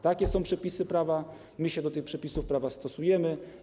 Takie są przepisy prawa, my się do tych przepisów prawa stosujemy.